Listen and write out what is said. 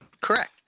Correct